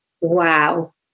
wow